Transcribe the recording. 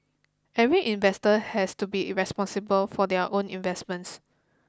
every investor has to be irresponsible for their own investments